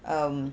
um